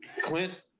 Clint